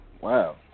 Wow